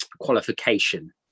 qualification